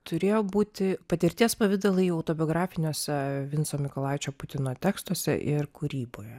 turėjo būti patirties pavidalai autobiografiniuose vinco mykolaičio putino tekstuose ir kūryboje